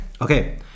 Okay